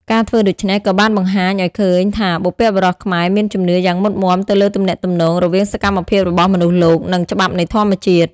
ការធ្វើដូច្នេះក៏បានបង្ហាញឲ្យឃើញថាបុព្វបុរសខ្មែរមានជំនឿយ៉ាងមុតមាំទៅលើទំនាក់ទំនងរវាងសកម្មភាពរបស់មនុស្សលោកនិងច្បាប់នៃធម្មជាតិ។